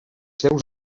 seus